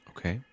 Okay